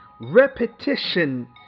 repetition